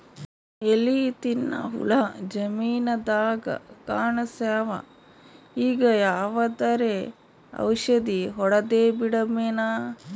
ಎಲಿ ತಿನ್ನ ಹುಳ ಜಮೀನದಾಗ ಕಾಣಸ್ಯಾವ, ಈಗ ಯಾವದರೆ ಔಷಧಿ ಹೋಡದಬಿಡಮೇನ?